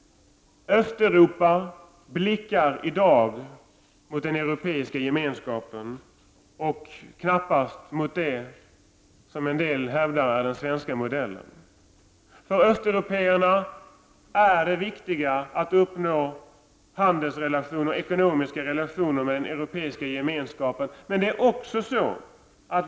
Östeuropa blickar i dag mot den europeiska gemenskapen och knappast mot — som en del hävdat — den svenska modellen. För östeuropéerna är det viktigt att uppnå handelsrelationer och ekonomiska relationer med den europeiska gemenskapen.